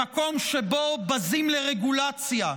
במקום שבו בזים לרגולציה,